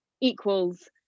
equals